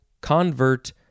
convert